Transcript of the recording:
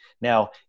now